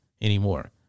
anymore